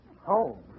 Home